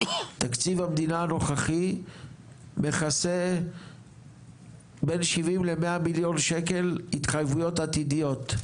תקציב המדינה הנוכחי מכסה בין 70-100 מיליון שקלים התחייבויות עתידיות,